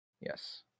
yes